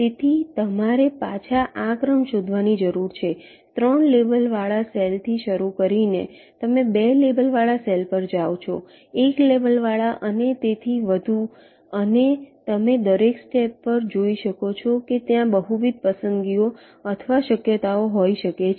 તેથી તમારે પાછા આ ક્રમ શોધવાની જરૂર છે 3 લેબલવાળા સેલ થી શરૂ કરીને તમે 2 લેબલવાળા સેલ પર જાઓ છો 1 લેબલવાળા અને તેથી વધુ અને તમે દરેક સ્ટેપ પર જોઈ શકો છો કે ત્યાં બહુવિધ પસંદગીઓ અથવા શક્યતાઓ હોઈ શકે છે